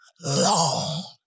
long